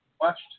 watched